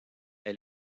est